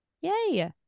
Yay